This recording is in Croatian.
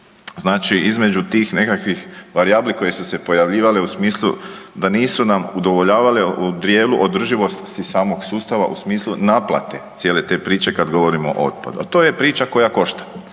znači između tih nekakvih varijabli koje su se pojavljivale u smislu da nisu nam udovoljavale u dijelu održivosti samog sustava u smislu naplate cijele te priče kad govorimo o otpadu. A to je priča koja košta